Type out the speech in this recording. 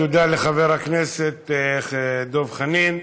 תודה לחבר הכנסת דב חנין.